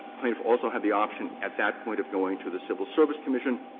plaintiff also had the option at that point of going to the civil service commission,